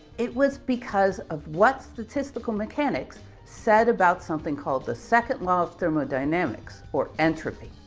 it was because of what's statistical mechanics said about something called the second law of thermodynamics or entropy.